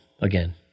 again